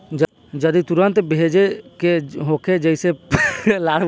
जदि तुरन्त भेजे के होखे जैसे तुरंत पहुँच जाए त का करे के होई?